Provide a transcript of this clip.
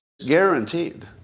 Guaranteed